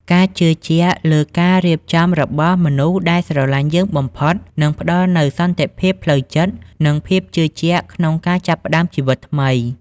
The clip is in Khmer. ការជឿជាក់លើការរៀបចំរបស់មនុស្សដែលស្រឡាញ់យើងបំផុត នឹងផ្ដល់នូវសន្តិភាពផ្លូវចិត្ត និងភាពជឿជាក់ក្នុងការចាប់ផ្តើមជីវិតថ្មី។